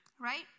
Right